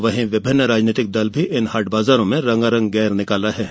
वहीं राजनीतिक दल भी इन हाट बाजारों में रंगारंग गैर निकाल रहे हैं